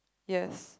yes